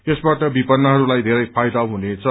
यसबाट विपन्नहरूलाई येरै फाइदा पुग्नेछ